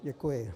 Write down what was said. Děkuji.